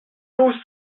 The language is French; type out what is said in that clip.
tout